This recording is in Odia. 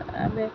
ଆମେ